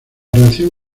reacción